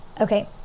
Okay